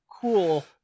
cool